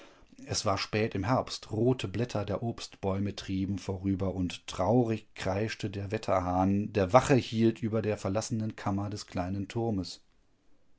es war spät im herbst rote blätter der obstbäume trieben vorüber und traurig kreischte der wetterhahn der wache hielt über der verlassenen kammer des kleinen turmes